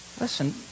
Listen